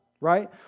Right